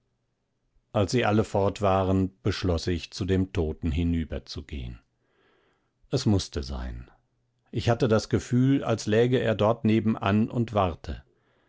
als sie alle fort waren beschloß ich zu dem toten hinüberzugehen es mußte sein ich hatte das gefühl als läge er dort nebenan und warte